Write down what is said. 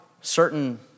certain